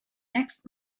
next